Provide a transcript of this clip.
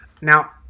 now